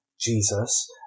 Jesus